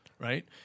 right